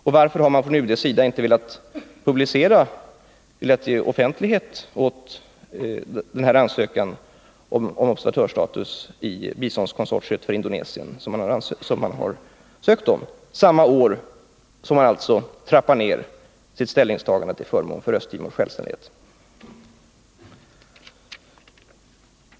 Och varför har man från UD:s sida inte velat ge offentlighet åt denna ansökan om observatörsstatus i biståndskonsortiet för Indonesien, som man har ingivit samma år som man alltså trappar ned inställningen till förmån för Östtimors självständighet?